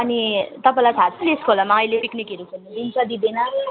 अनि तपाईँलाई थाहा छ नि लेस खोलामा अहिले पिकनिकहरू खानु दिन्छ दिँदैन